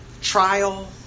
trial